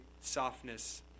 softness